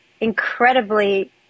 Incredibly